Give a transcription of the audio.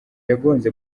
yagonze